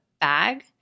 bag